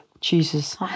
jesus